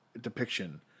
depiction